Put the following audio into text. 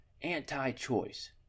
Anti-choice